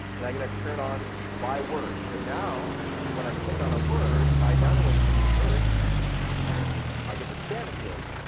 and i'm going to turn on by word. so now when i click on a word, i not only see earth earth. mike i get the spanish word.